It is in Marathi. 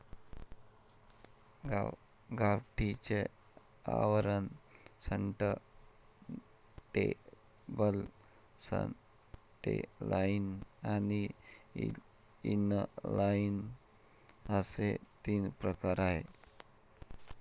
गाठीचे आवरण, टर्नटेबल, सॅटेलाइट आणि इनलाइन असे तीन प्रकार आहे